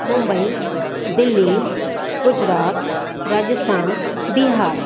Mumbai Delhi Gujarat Rajasthan Bihar